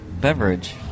beverage